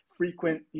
frequent